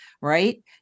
right